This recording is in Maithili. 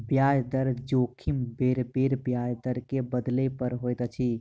ब्याज दर जोखिम बेरबेर ब्याज दर के बदलै पर होइत अछि